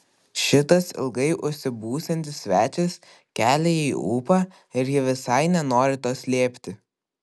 šitas ilgai užsibūsiantis svečias kelia jai ūpą ir ji visai nenori to slėpti